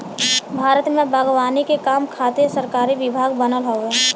भारत में बागवानी के काम खातिर सरकारी विभाग बनल हउवे